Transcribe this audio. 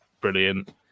brilliant